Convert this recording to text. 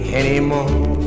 anymore